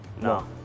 No